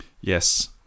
Yes